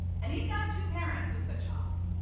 and he has got two parents with good jobs.